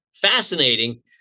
fascinating